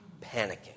panicking